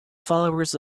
followers